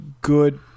good